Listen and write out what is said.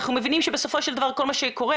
אנחנו מבינים שבסופו של דבר כל מה שקורה,